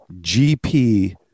GP